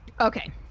Okay